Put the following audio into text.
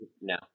no